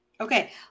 Okay